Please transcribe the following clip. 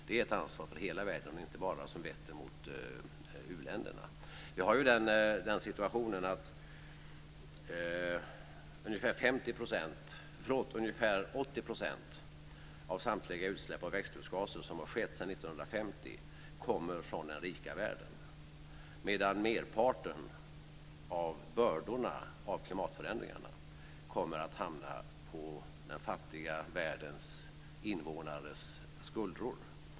Det är ett ansvar för hela världen, och inte bara för den del som vetter mot u-länderna. Ungefär 80 % av samtliga utsläpp av växthusgaser som har skett sedan 1950 kommer från den rika världen, medan merparten av bördorna av klimatförändringarna kommer att hamna på den fattiga världens invånares skuldror.